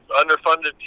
underfunded